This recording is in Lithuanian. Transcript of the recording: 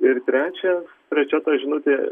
ir trečia trečia žinutė